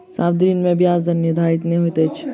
सावधि ऋण में ब्याज दर निर्धारित नै होइत अछि